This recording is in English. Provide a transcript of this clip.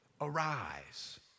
arise